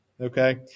Okay